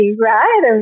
right